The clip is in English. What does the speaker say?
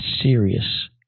serious